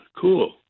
Cool